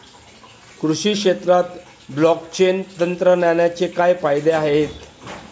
कृषी क्षेत्रात ब्लॉकचेन तंत्रज्ञानाचे काय फायदे आहेत?